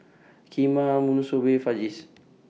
Kheema Monsunabe Fajitas